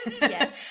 Yes